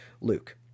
Luke